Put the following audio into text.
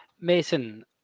Mason